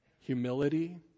Humility